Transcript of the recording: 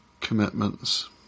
commitments